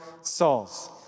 souls